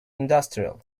industrial